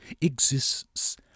exists